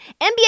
NBA